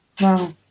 Wow